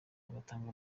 agatanga